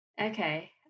Okay